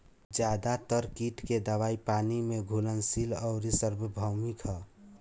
ज्यादातर कीट के दवाई पानी में घुलनशील आउर सार्वभौमिक ह?